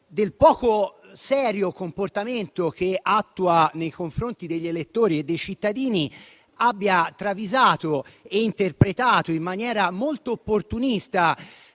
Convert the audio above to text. poco serio che tiene nei confronti degli elettori e dei cittadini, abbia travisato e interpretato in maniera molto opportunista